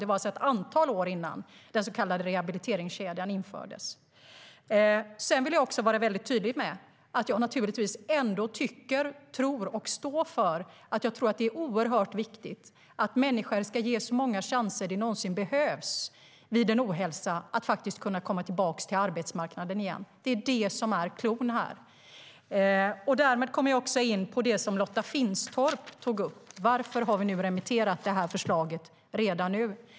Det var alltså ett antal år innan den så kallade rehabiliteringskedjan infördes. Därmed kommer jag in på det som Lotta Finstorp tog upp: Varför har vi remitterat förslaget redan nu?